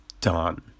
done